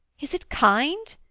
is it kind?